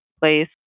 place